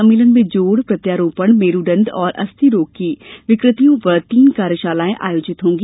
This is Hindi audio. सम्मेलन में जोड़ प्रत्यारोपण मेरूदंड और अस्थि रोग की विकृतियों पर तीन कार्यशालाएं आयोजित होंगी